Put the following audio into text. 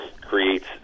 creates